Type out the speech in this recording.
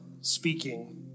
speaking